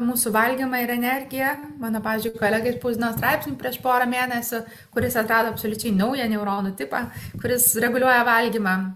mūsų valgymą ir energiją mano pavyzdžiui kolega išspausdino straipsnį prieš porą mėnesių kur jis atrado absoliučiai naują neuronų tipą kuris reguliuoja valgymą